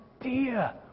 idea